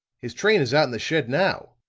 his train is out in the shed now,